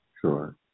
Sure